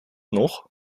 nog